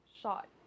shot